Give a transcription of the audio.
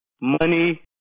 money